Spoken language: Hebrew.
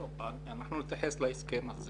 אנחנו נתייחס להסכם הזה